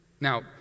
Now